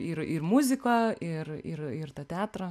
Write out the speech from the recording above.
ir ir muziką ir ir ir tą teatrą